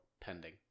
pending